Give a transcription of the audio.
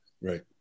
Right